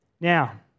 Now